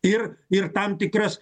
ir ir tam tikras